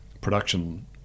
production